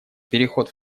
переход